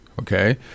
Okay